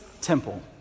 temple